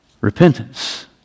repentance